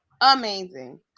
Amazing